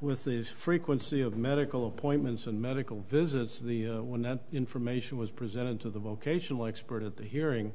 with this frequency of medical appointments and medical visits the when that information was presented to the vocational expert at the hearing